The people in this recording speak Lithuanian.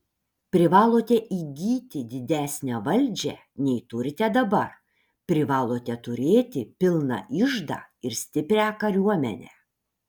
privalote įgyti didesnę valdžią nei turite dabar privalote turėti pilną iždą ir stiprią kariuomenę